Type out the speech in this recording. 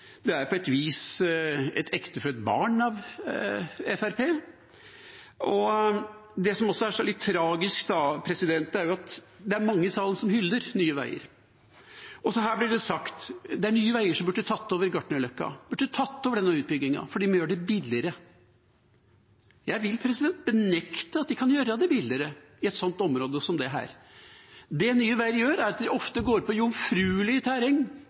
Det gjør Fremskrittspartiet, det er på et vis et ektefødt barn av Fremskrittspartiet, og det som er litt tragisk, er at det er mange i salen som hyller Nye Veier. Også her blir det sagt: Det er Nye Veier som burde tatt over Gartnerløkka og tatt over denne utbyggingen, for de gjør det billigere. Jeg vil benekte at de kan gjøre det billigere i et område som dette. Det Nye Veier ofte gjør, er at de går på